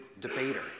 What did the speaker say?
debater